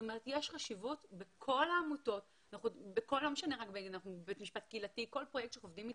בכל הפרויקט שאנחנו עובדים איתו,